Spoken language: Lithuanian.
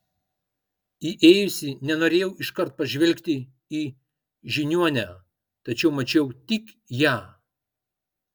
įėjusi nenorėjau iškart pažvelgti į žiniuonę tačiau mačiau tik ją